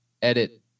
edit